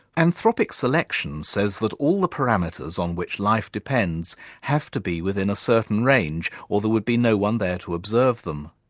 anthropic selection says that all the parameters on which life depends have to be within a certain range or there would be no one there to observe them.